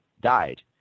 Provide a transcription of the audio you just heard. died